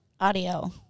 Audio